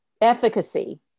efficacy